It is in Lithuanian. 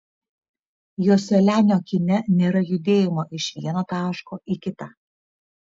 joselianio kine nėra judėjimo iš vieno taško į kitą